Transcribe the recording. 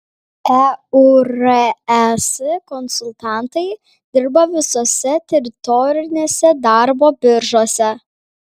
eures konsultantai dirba visose teritorinėse darbo biržose